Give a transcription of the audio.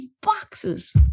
boxes